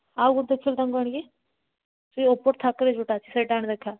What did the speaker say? ଆଉ ଗୋଟେ ଦେଖାଇଲୁ ତାଙ୍କୁ ଆଣିକି ସେଇ ଉପର ଥାକରେ ଯେଉଁଟା ଅଛି ସେଇଟା ଆଣି ଦେଖା